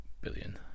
billion